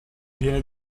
viene